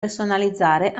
personalizzare